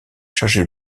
chargé